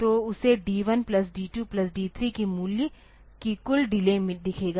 तो उसे D1 plus D2 plus D3 की कुल डिले दिखेगा